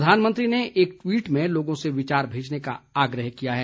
प्रधानमंत्री ने एक ट्वीट में लोगों से विचार भेजने का आग्रह किया है